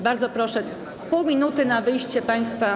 Bardzo proszę, pół minuty na wyjście państwa.